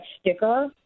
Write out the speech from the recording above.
sticker